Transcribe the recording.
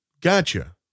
Gotcha